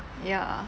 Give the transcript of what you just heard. ya